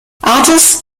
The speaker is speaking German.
artus